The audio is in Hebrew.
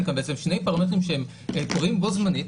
כאן בעצם שני פרמטרים שהם קורים בו זמנית,